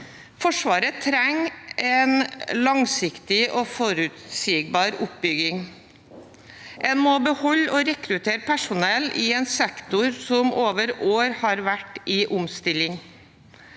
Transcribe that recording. Forsvaret trenger en langsiktig og forutsigbar oppbygging. En må beholde og rekruttere personell i en sektor som over år har vært i omstilling.